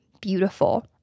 beautiful